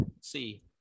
see